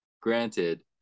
granted